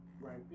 Right